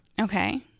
Okay